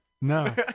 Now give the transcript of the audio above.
No